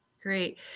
Great